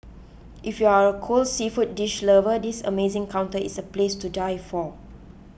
if you are a cold seafood dish lover this amazing counter is a place to die for